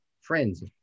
Friends